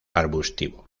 arbustivo